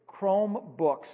Chromebooks